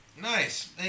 Nice